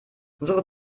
suche